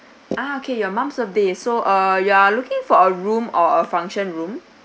ah okay your mum's birthday so are you are looking for a room or a function room